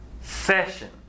session